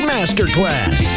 Masterclass